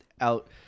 out